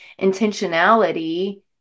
intentionality